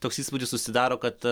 toks įspūdis susidaro kad